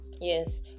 yes